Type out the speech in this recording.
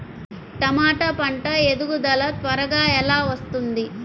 టమాట పంట ఎదుగుదల త్వరగా ఎలా వస్తుంది?